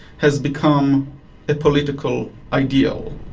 has become a political ideal,